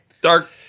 Dark